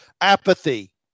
Apathy